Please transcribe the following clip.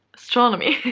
astronomy.